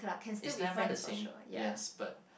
it's never the same yes but